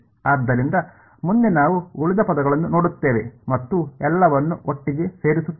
ಆದ್ದರಿಂದ ಮುಂದೆ ನಾವು ಉಳಿದ ಪದಗಳನ್ನು ನೋಡುತ್ತೇವೆ ಮತ್ತು ಎಲ್ಲವನ್ನೂ ಒಟ್ಟಿಗೆ ಸೇರಿಸುತ್ತೇವೆ